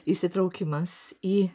įsitraukimas į